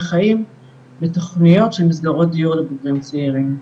חיים בתוכניות של מסגרות דיור לבוגרים צעירים.